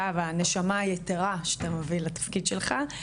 והנשמה היתרה שאתה מביא לתפקיד שלך.